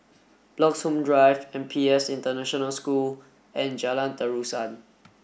Bloxhome Drive N P S International School and Jalan Terusan